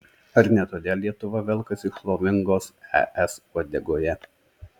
ar ne todėl lietuva velkasi šlovingos es uodegoje